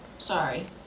Sorry